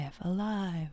alive